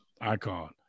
icon